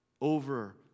Over